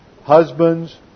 Husbands